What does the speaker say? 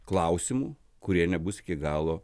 klausimų kurie nebus iki galo